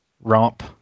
romp